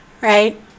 right